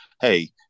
hey